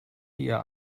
ihr